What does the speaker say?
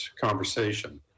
conversation